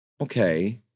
Okay